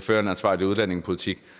fører en ansvarlig udlændingepolitik.